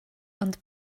ond